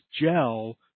gel